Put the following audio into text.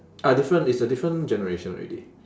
uh different it's a different generation already